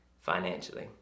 financially